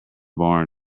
barn